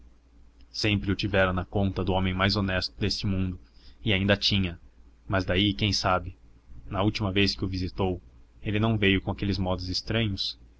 o tivera na conta do homem mais honesto deste mundo e ainda tinha mas daí quem sabe na última vez que o visitou ele não veio com aqueles modos estranhos